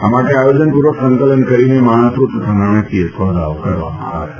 આ માટે આયોજનપૂર્વક સંકલન કરીને માણસો તથા નાણાંકીય સોદાઓ કરાયા હતા